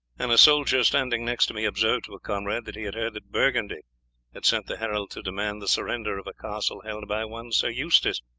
and a soldier standing next to me observed to a comrade that he had heard that burgundy had sent the herald to demand the surrender of a castle held by one sir eustace,